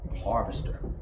harvester